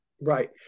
Right